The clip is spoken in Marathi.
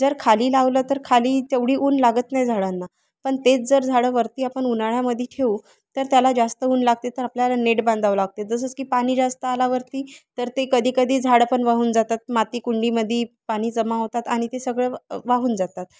जर खाली लावलं तर खाली तेवढी ऊन लागत नाही झाडांना पण तेच जर झाडं वरती आपण उन्हाळ्यामध्ये ठेवू तर त्याला जास्त ऊन लागते तर आपल्याला नेट बांधावं लागते तसंच की पाणी जास्त आला वरती तर ते कधीकधी झाडं पण वाहून जातात माती कुंडीमध्ये पाणी जमा होतात आणि ते सगळं वाहून जातात